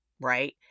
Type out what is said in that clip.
right